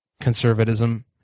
conservatism